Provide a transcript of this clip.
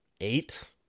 eight